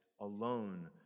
alone